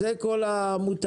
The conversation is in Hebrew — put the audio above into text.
זה כל העמותה?